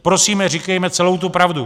Prosíme, říkejme celou tu pravdu!